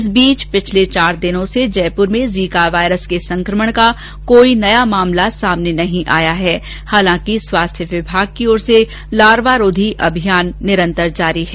इस बीच पिछले चार दिनों से जयपुर में जीका वाइरस का कोई नया मामला सामने नहीं आया है हालांकि स्वास्थ्य विमाग की ओर से लार्वारोघी अभियान निरंतर जारी है